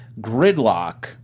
Gridlock